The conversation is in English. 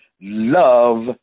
love